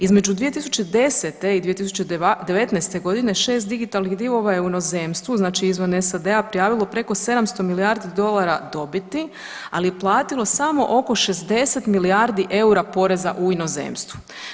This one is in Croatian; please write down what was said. Između 2010. i 2019. godine 6 digitalnih divova je u inozemstvu, znači izvan SAD-a prijavilo preko 700 milijardi dolara dobiti, ali je platilo samo oko 60 milijardi eura poreza u inozemstvu.